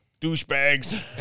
Douchebags